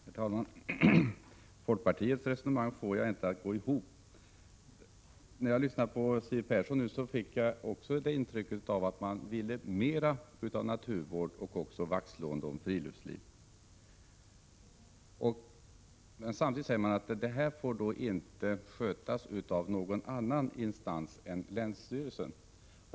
Herr talman! Folkpartiets resonemang får jag inte att gå ihop. När jag lyssnade på Siw Persson fick jag också ett intryck av att man ville ha mer av naturvård och vaktslående om friluftsliv. Samtidigt säger man att detta inte får skötas av någon annan instans än länsstyrelsen.